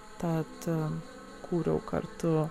tad kūriau kartu